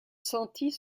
sentit